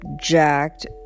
jacked